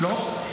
לא.